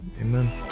amen